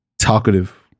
talkative